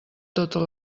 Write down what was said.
totes